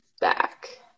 back